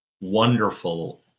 wonderful